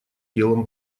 делом